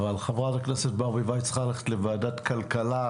אבל חברת הכנסת ברביבאי צריכה ללכת לוועדת כלכלה.